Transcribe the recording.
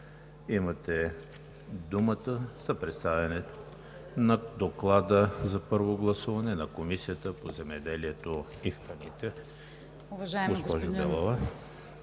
Имате думата за представяне на Доклада за първо гласуване на Комисията по земеделието и храните. Госпожо